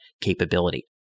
capability